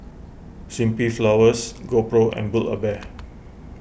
Simply Flowers GoPro and Build A Bear